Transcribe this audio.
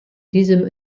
diesem